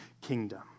kingdom